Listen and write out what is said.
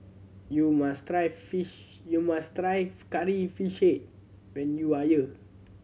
you must try fish you must try Curry Fish Head when you are here